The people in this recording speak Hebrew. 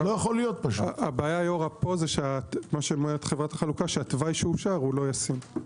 הבעיה פה שהתוואי שאושר לא ישים.